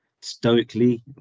stoically